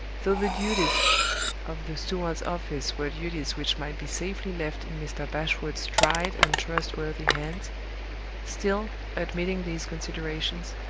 though the duties of the steward's office were duties which might be safely left in mr. bashwood's tried and trustworthy hands still, admitting these considerations,